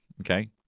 Okay